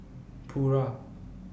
Pura